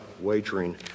wagering